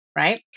Right